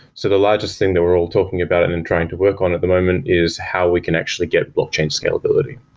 so the largest thing that we're all talking about and then and trying to work on at the moment is how we can actually get blockchain scalability.